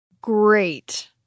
Great